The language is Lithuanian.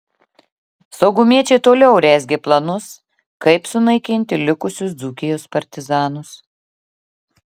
saugumiečiai toliau rezgė planus kaip sunaikinti likusius dzūkijos partizanus